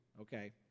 okay